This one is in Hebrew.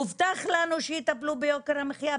הובטח לנו שיטפלו ביוקר המחיה.